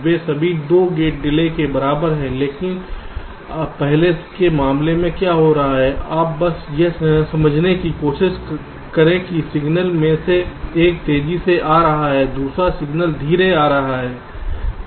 वे सभी 2 gate delay के बराबर हैं लेकिन पहले के मामले में क्या हो रहा था आप बस यह समझने की कोशिश करें कि सिग्नल में से एक तेजी से आ रहा था दूसरा सिग्नल धीमा आ रहा था